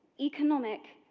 economic,